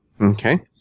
Okay